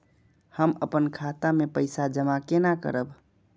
हम अपन खाता मे पैसा जमा केना करब?